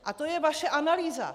A to je vaše analýza!